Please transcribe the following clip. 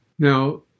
Now